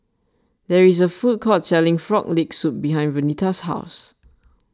there is a food court selling Frog Leg Soup behind Vernita's house